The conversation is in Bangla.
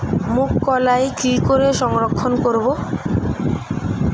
মুঘ কলাই কি করে সংরক্ষণ করব?